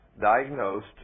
diagnosed